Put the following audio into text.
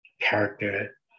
character